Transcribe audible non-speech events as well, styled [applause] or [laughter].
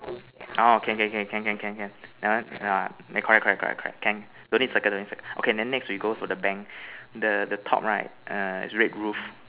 orh can can can can can can can [noise] correct correct correct correct can don't need circle don't need circle okay then next we go for the bank the the top right err is red roof